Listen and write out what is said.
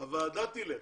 הוועדה תלך,